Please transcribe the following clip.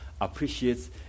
appreciates